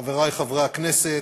חברי חברי הכנסת,